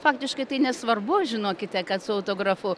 faktiškai tai nesvarbu žinokite kad su autografu